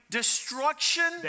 destruction